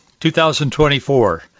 2024